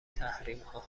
تحریمها